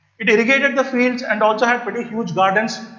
it irrigated the fields and also had pretty huge gardens.